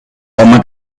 home